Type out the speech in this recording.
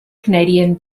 canadian